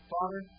Father